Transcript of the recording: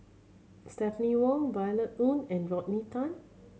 Stephanie Wong Violet Oon and Rodney Tan